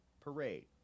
Parade